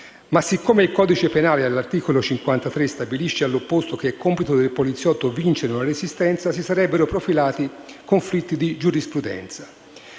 Ma siccome il codice penale, all'articolo 53, stabilisce all'opposto che è compito del poliziotto «vincere una resistenza», si sarebbero profilati conflitti di giurisprudenza.